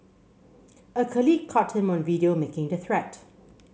a colleague caught him on video making the threat